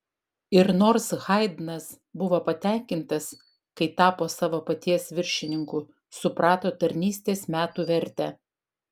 ir nors haidnas buvo patenkintas kai tapo savo paties viršininku suprato tarnystės metų vertę